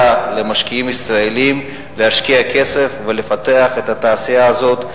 למשקיעים ישראלים להשקיע כסף ולפתח את התעשייה הזאת,